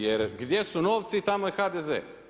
Jer, gdje su novci, tamo je HDZ.